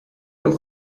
von